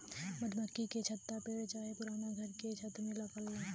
मधुमक्खी के छत्ता पेड़ चाहे पुराना घर के छत में लगला